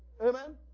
Amen